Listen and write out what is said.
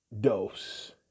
dose